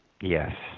yes